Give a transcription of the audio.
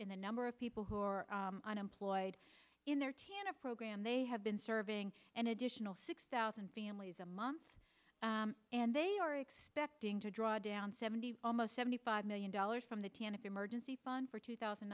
the number of people who are unemployed in their program they have been serving an additional six thousand families a month and they are expecting to draw down seventy almost seventy five million dollars from the tanach emergency fund for two thousand